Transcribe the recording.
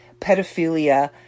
pedophilia